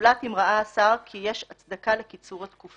זולת אם ראה השר כי יש הצדקה לקיצור התקופה.